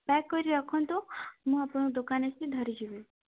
pack କରି ରଖନ୍ତୁ ମୁଁ ଆପଣଙ୍କ ଦୋକାନ ଆସି ଧରିଯିବି